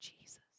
Jesus